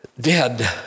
dead